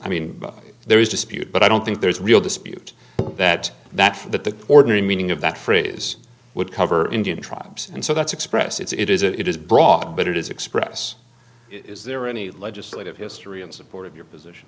i mean there is dispute but i don't think there's real dispute that that for the ordinary meaning of that phrase would cover indian tribes and so that's express it's it is it is brought but it is express is there any legislative history in support of your position